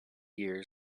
years